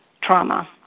trauma